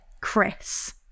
Chris